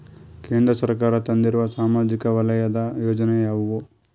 ಕೇಂದ್ರ ಸರ್ಕಾರ ತಂದಿರುವ ಸಾಮಾಜಿಕ ವಲಯದ ಯೋಜನೆ ಯಾವ್ಯಾವು?